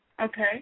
Okay